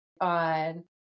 on